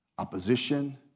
Opposition